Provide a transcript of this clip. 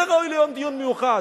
זה ראוי ליום דיון מיוחד.